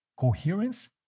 coherence